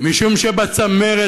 משום שבצמרת,